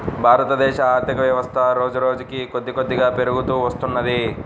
భారతదేశ ఆర్ధికవ్యవస్థ రోజురోజుకీ కొద్దికొద్దిగా పెరుగుతూ వత్తున్నది